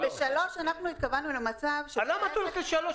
בסעיף (3) אנחנו התכוונו למצב שבית העסק --- למה את הולכת ל-(3)?